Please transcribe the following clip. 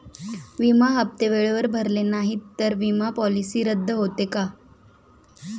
विमा हप्ते वेळेवर भरले नाहीत, तर विमा पॉलिसी रद्द होते का?